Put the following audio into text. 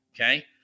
okay